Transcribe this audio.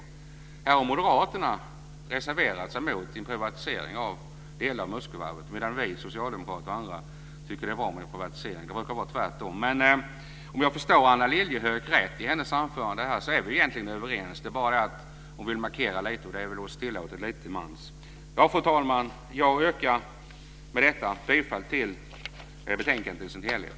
Här har moderaterna reserverat sig mot en privatisering av delar av Muskövarvet medan vi socialdemokrater och andra tycker att det är bra med en privatisering. Det brukar vara tvärtom. Om jag förstår Anna Lilliehöök rätt är vi egentligen överens. Det är bara det att hon vill markera och det är väl oss tillåtet lite till mans. Fru talman! Jag yrkar med detta bifall till förslagen i betänkandet i dess helhet.